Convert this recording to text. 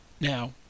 Now